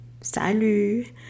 salut